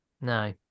No